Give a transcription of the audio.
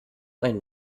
einen